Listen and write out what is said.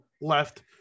left